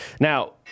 Now